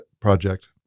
project